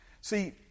See